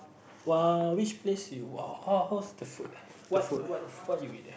!wah! which place you ho~ how's the food what what what you eat there